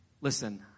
Listen